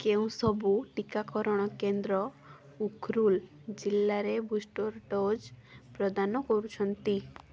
କେଉଁ ସବୁ ଟିକାକରଣ କେନ୍ଦ୍ର ଉଖ୍ରୁଲ୍ ଜିଲ୍ଲାରେ ବୁଷ୍ଟର ଡୋଜ୍ ପ୍ରଦାନ କରୁଛନ୍ତି